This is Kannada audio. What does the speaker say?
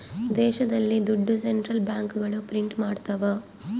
ದೇಶದಲ್ಲಿ ದುಡ್ಡು ಸೆಂಟ್ರಲ್ ಬ್ಯಾಂಕ್ಗಳು ಪ್ರಿಂಟ್ ಮಾಡ್ತವ